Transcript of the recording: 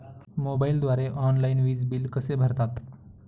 मोबाईलद्वारे ऑनलाईन वीज बिल कसे भरतात?